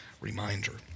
reminder